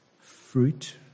fruit